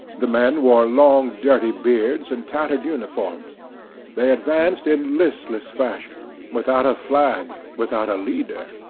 the men wore long, dirty beards and tattered uniforms they advanced in listless fashion, without a flag, without a leader.